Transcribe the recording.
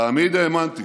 תמיד האמנתי